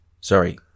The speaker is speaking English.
Sorry